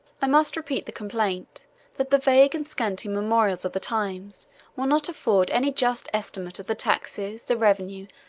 i must repeat the complaint that the vague and scanty memorials of the times will not afford any just estimate of the taxes, the revenue,